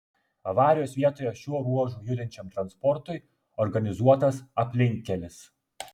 avarijos vietoje šiuo ruožu judančiam transportui organizuotas aplinkkelis